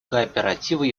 кооперативы